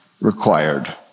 required